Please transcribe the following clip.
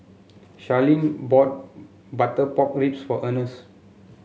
Sharlene bought Butter Pork Ribs for Earnest